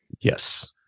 Yes